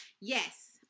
yes